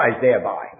thereby